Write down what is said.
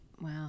Wow